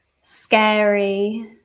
scary